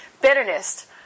Bitterness